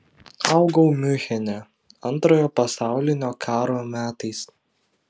augau miunchene antrojo pasaulinio karo metais